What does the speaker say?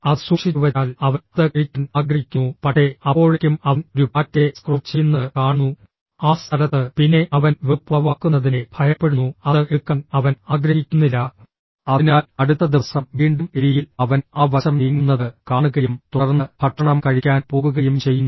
അത് സൂക്ഷിച്ചുവെച്ചാൽ അവൻ അത് കഴിക്കാൻ ആഗ്രഹിക്കുന്നു പക്ഷേ അപ്പോഴേക്കും അവൻ ഒരു പാറ്റയെ സ്ക്രോൾ ചെയ്യുന്നത് കാണുന്നു ആ സ്ഥലത്ത് പിന്നെ അവൻ വെറുപ്പുളവാക്കുന്നതിനെ ഭയപ്പെടുന്നു അത് എടുക്കാൻ അവൻ ആഗ്രഹിക്കുന്നില്ല അതിനാൽ അടുത്ത ദിവസം വീണ്ടും എലിയിൽ അവൻ ആ വശം നീങ്ങുന്നത് കാണുകയും തുടർന്ന് ഭക്ഷണം കഴിക്കാൻ പോകുകയും ചെയ്യുന്നു